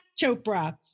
Chopra